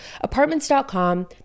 apartments.com